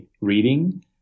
reading